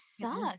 sucks